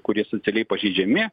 kurie socialiai pažeidžiami